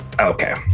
Okay